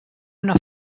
una